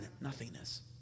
nothingness